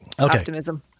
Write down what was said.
Optimism